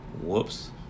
whoops